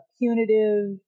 punitive